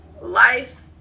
life